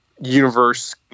universe